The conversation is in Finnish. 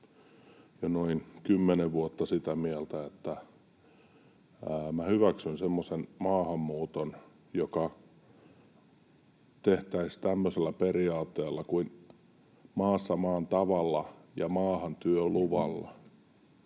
ollut jo noin kymmenen vuotta sitä mieltä, että minä hyväksyn semmoisen maahanmuuton, joka tehtäisiin tämmöisellä periaatteella kuin ”maassa maan tavalla ja maahan työluvalla”.